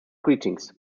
greetings